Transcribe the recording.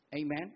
Amen